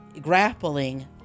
grappling